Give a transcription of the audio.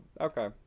Okay